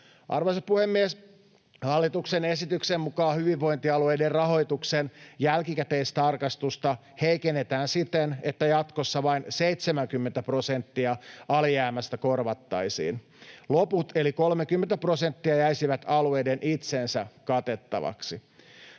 Arvoisa puhemies! Hallituksen esityksen mukaan hyvinvointialueiden rahoituksen jälkikäteistarkastusta heikennetään siten, että jatkossa vain 70 prosenttia alijäämästä korvattaisiin. Loput eli 30 prosenttia jäisivät alueiden itsensä katettaviksi.